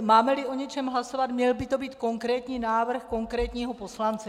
Mámeli o něčem hlasovat, měl by to být konkrétní návrh konkrétního poslance.